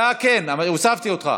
אבל אמרתי, אתה כן, הוספתי אותך.